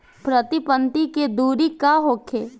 प्रति पंक्ति के दूरी का होखे?